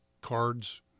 cards